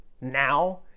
now